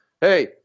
Hey